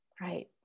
Right